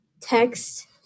text